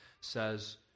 says